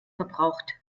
verbraucht